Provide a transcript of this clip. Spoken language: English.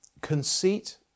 Conceit